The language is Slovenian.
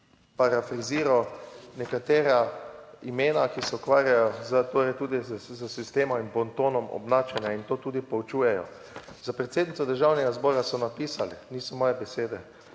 parafraziral nekatera imena, ki se ukvarjajo s, torej tudi s sistemom in bontonom obnašanja, in to tudi poučujejo. Za predsednico Državnega zbora so napisali, niso moje besede,